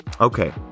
Okay